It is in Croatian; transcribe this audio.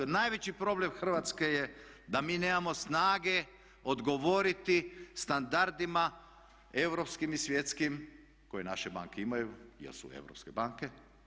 Jer najveći problem Hrvatske je da mi nemamo snage odgovoriti standardima europskim i svjetskim koje naše banke imaju, jer su europske banke.